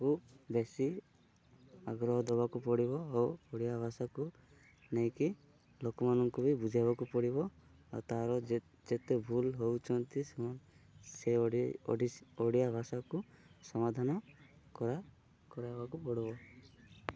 କୁ ବେଶୀ ଆଗ୍ରହ ଦବାକୁ ପଡ଼ିବ ଆଉ ଓଡ଼ିଆ ଭାଷାକୁ ନେଇକି ଲୋକମାନଙ୍କୁ ବି ବୁଝେଇବାକୁ ପଡ଼ିବ ଆଉ ତାର ଯେତେ ଭୁଲ୍ ହଉଛନ୍ତି ସେମାନେ ସେ ଓଡ଼ିଆ ଭାଷାକୁ ସମାଧାନ କର କରାଇବାକୁ ପଡ଼ିବ